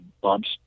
bumps